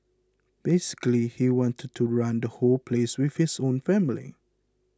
basically he wanted to run the whole place with his own family